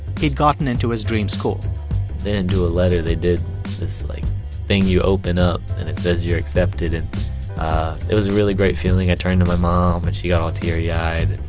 he'd gotten into his dream school they didn't do a letter. they did this like thing you open up, and it says you're accepted. and it was a really great feeling. i turned to my mom, and she got all teary-eyed. and